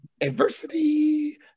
adversity